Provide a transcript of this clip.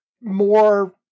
more